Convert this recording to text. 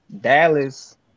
Dallas